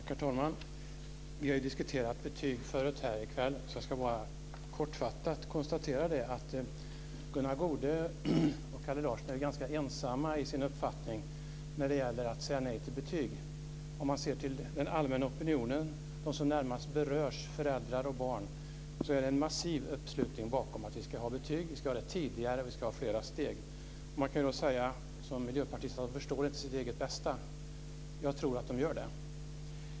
Herr talman! Vi har diskuterat betyg förut här i kväll, så jag ska bara kortfattat konstatera att Gunnar Goude och Kalle Larsson är ganska ensamma i sin uppfattning när det gäller att säga nej till betyg. Om man ser till den allmänna opinionen, till dem som närmast berörs, dvs. föräldrar och barn, är det en massiv uppslutning bakom betyg, tidigare betyg och i flera steg. Man kan då säga, som miljöpartisterna, att de inte förstår sitt eget bästa. Jag tror att de gör det.